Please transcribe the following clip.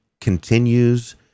continues